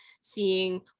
seeing